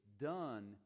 done